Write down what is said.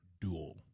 duel